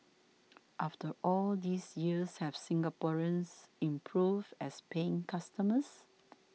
after all these years have Singaporeans improved as paying customers